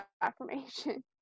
affirmation